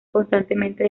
constantemente